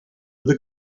the